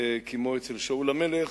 כמו אצל שאול המלך,